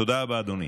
תודה רבה, אדוני.